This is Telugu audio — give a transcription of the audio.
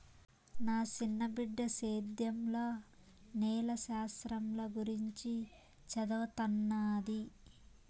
నా సిన్న బిడ్డ సేద్యంల నేల శాస్త్రంల గురించి చదవతన్నాది